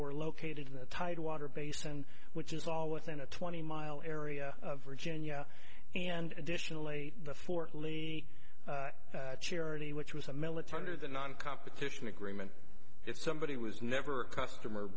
were located in the tidewater basin which is all within a twenty mile area of virginia and additionally the fort lee charity which was a military to the non competition agreement if somebody was never a customer